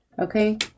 okay